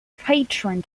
patron